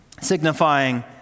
signifying